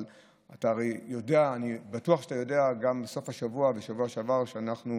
אבל אני בטוח שאתה יודע שגם בסוף השבוע ובשבוע שעבר שוב